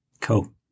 Cool